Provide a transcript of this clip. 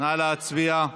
נא להצביע.